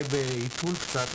בהיתול קצת,